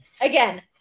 again